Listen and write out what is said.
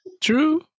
true